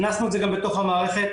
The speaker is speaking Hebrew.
הכנסנו את זה גם בתוך המערכת,